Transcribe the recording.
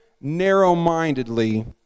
narrow-mindedly